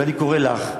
ואני קורא לך,